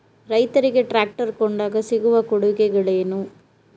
ರೈತರಿಗೆ ಟ್ರಾಕ್ಟರ್ ಕೊಂಡಾಗ ಸಿಗುವ ಕೊಡುಗೆಗಳೇನು?